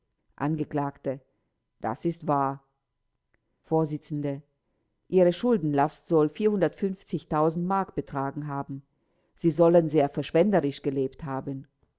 angekl das ist wahr vors ihre schuldenlast soll mark betragen haben sie sollen sehr verschwenderisch gelebt haben